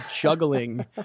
juggling